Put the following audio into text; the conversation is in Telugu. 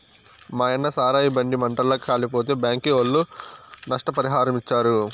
మాయన్న సారాయి బండి మంటల్ల కాలిపోతే బ్యాంకీ ఒళ్ళు నష్టపరిహారమిచ్చారు